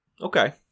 Okay